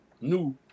new